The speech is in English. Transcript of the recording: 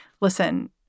listen